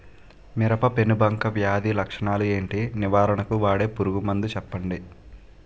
మిరప పెనుబంక వ్యాధి లక్షణాలు ఏంటి? నివారణకు వాడే పురుగు మందు చెప్పండీ?